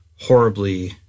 horribly